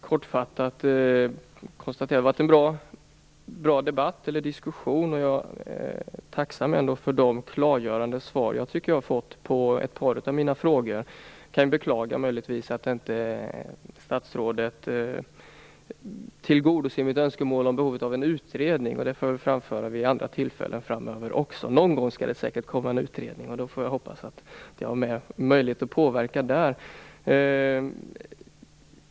Herr talman! Det har varit en bra diskussion och jag är tacksam för de klargörande svar jag har fått på ett par av mina frågor. Jag kan möjligtvis beklaga att statsrådet inte tillgodoser mitt önskemål om en utredning. Det får jag väl framföra vid andra tillfällen. Någon gång skall det säkert bli en utredning. Jag får hoppas att jag då har möjlighet att påverka.